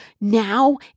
now